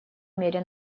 мере